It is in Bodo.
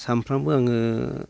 सामफ्रामबो आङो